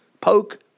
poke